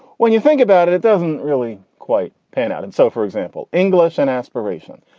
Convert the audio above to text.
when you think about it, it doesn't really quite pan out. and so, for example, english and aspiration.